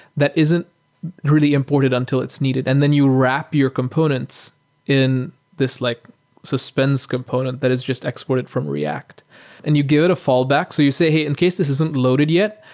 that isn't really imported until it's needed, and then you wrap your components in this like suspense component that is just exported from react and you give it a fallback. so you say, hey, in case this isn't loaded yet,